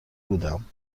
بودم